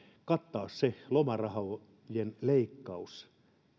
kattaa lomarahojen leikkaus